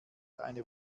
eine